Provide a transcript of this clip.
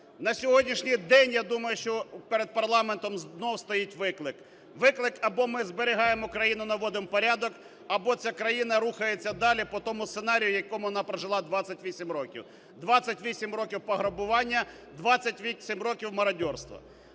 На сьогоднішній день, я думаю, що перед парламентом знову стоїть виклик. Виклик: або ми зберігаємо країну, наводимо порядок, або ця країна рухається далі по тому сценарію, в якому вона прожила 28 років: 28 років пограбування, 28 років мародерства.